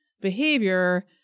behavior